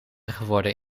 geworden